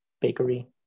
Bakery